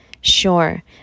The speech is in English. Sure